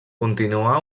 continuà